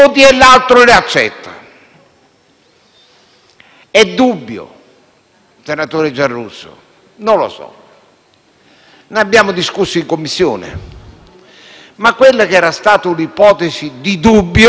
È dubbio, senatore Giarrusso? Non lo so. Ne abbiamo discusso in Commissione. Ma quella che era stata un'ipotesi di dubbio oggi è stata